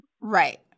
Right